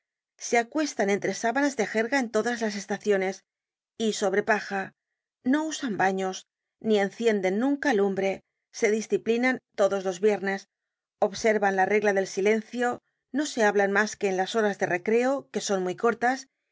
se acuestan entre sábanas de jerga en todas las estaciones y sobre paja no usan baños ni encienden nunca lumbre se disciplinan todos los viernes observan la regla del silencio no se hablan mas que en las horas de recreo que son muy cortas